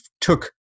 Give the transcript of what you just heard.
took